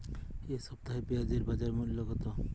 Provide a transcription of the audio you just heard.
এ সপ্তাহে পেঁয়াজের বাজার মূল্য কত?